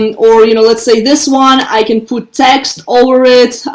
and or you know, let's say this one, i can put text over it.